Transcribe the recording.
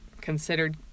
considered